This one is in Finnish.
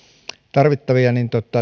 tarvittavia